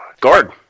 Guard